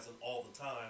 all-the-time